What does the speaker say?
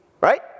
right